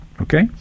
okay